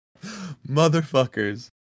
motherfuckers